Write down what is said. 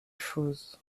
chose